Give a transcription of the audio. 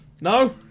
no